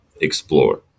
explore